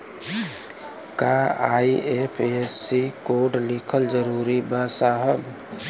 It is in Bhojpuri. का आई.एफ.एस.सी कोड लिखल जरूरी बा साहब?